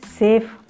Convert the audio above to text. safe